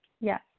Yes